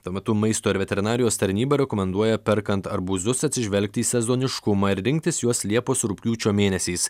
tuo metu maisto ir veterinarijos tarnyba rekomenduoja perkant arbūzus atsižvelgti į sezoniškumą ir rinktis juos liepos rugpjūčio mėnesiais